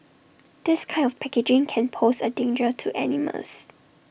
this kind of packaging can pose A danger to animals